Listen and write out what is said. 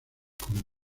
como